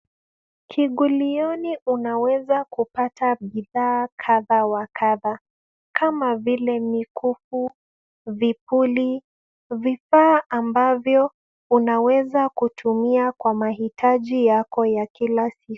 Kivulioni unaweza kupata bidhaa kadha wa kadha kama vile mikufu, vipuli, vifaa ambavyo unaweza kutumia kwa mahitaji yako ya kila siku.